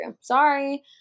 Sorry